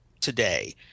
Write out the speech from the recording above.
today